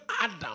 Adam